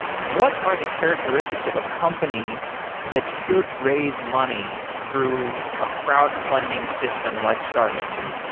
what are the characteristics of a company that should raise money through a crowdfunding system like startengine?